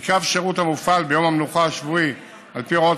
כי קו שירות המופעל ביום המנוחה השבועי על פי הוראות